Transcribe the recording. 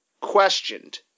questioned